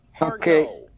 Okay